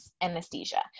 anesthesia